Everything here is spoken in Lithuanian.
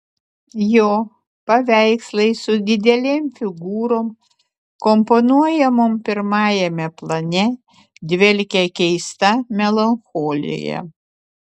jo paveikslai su didelėm figūrom komponuojamom pirmajame plane dvelkia keista melancholija